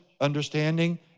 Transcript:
understanding